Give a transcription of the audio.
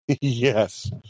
Yes